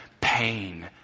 pain